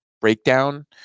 breakdown